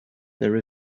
there